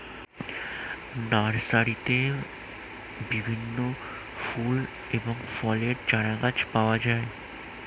নার্সারিতে বিভিন্ন ফুল এবং ফলের চারাগাছ পাওয়া যায়